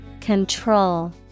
Control